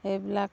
এইবিলাক